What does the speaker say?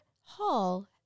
Hall